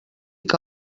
que